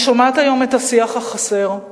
אני שומעת היום את השיח החסר,